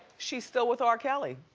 she's still with r. kelly.